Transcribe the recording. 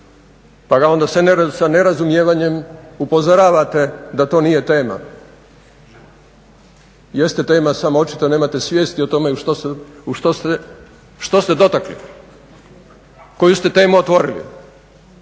pa ga onda sa nerazumijevanjem upozoravate da to nije tema. Jeste tema, samo očito nemate svijesti o tome što ste dotakli, koju ste temu otvorili.